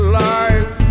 life